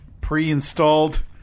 pre-installed